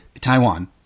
Taiwan